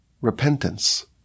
repentance